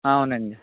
అవునండి